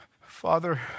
Father